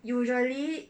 usually